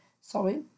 Sorry